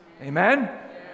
Amen